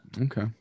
Okay